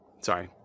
Sorry